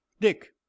dick